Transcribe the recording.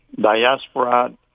diaspora